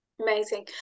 Amazing